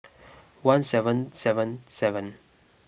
one seven seven seven